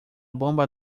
bomba